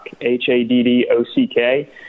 H-A-D-D-O-C-K